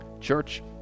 Church